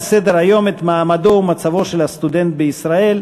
סדר-היום את מעמדו ומצבו של הסטודנט בישראל,